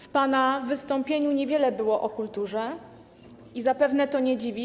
W pana wystąpieniu niewiele było o kulturze i zapewne to nie dziwi.